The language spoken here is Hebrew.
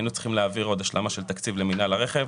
היינו צריכים להעביר עוד השלמה של תקציב למינהל הרכב.